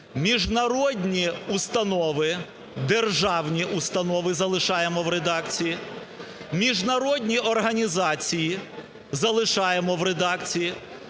Міжнародні установи, державні установи – залишаємо в редакції. Міжнародні організації – залишаємо в редакції.